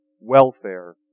welfare